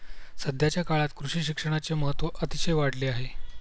सध्याच्या काळात कृषी शिक्षणाचे महत्त्व अतिशय वाढले आहे